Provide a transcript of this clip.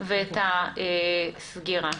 ואת הסגירה.